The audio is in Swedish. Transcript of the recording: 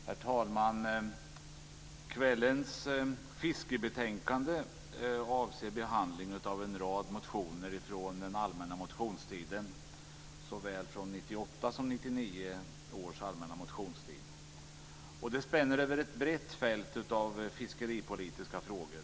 Herr talman! Kvällens fiskebetänkande avser behandling av en rad motioner från den allmänna motionstiden, såväl från 1998 års som 1999 års allmänna motionstid. Det spänner över ett brett fält av fiskeripolitiska frågor.